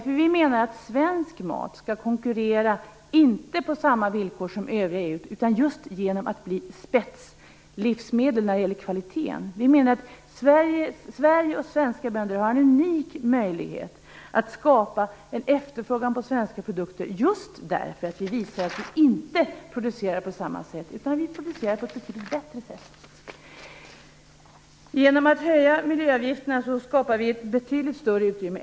Vi menar nämligen att svenska matproducenter inte skall konkurrera på samma villkor som gäller i övriga EU. De skall i stället konkurrera genom att producera spetslivsmedel när det gäller kvaliteten. Vi menar att Sverige och svenska bönder har en unik möjlighet att skapa efterfrågan på svenska produkter just genom att visa att vi inte producerar på samma sätt utan på ett bättre sätt. Genom att höja miljöavgifterna skapar vi ett betydligt större utrymme.